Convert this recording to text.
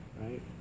Right